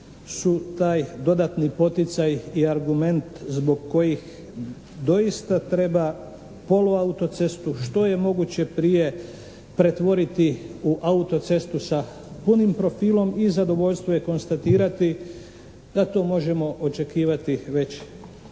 su taj dodatni poticaj i argument zbog kojih doista treba poluautocestu što je moguće prije pretvoriti u autocestu sa punim profilom i zadovoljstvo je konstatirati da to možemo očekivati već